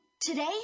today